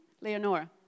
Leonora